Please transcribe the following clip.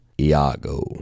Iago